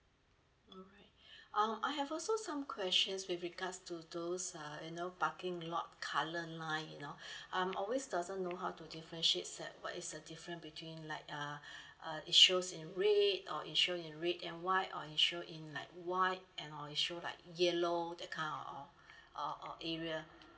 alright um I have also some questions with regards to those uh you know parking lot colour line you know I'm always doesn't know how to differentiate the what is the different between like uh uh it shows in red or it shows in red and white or it show in like white and or it show like yellow that kind of of uh all area